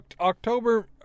October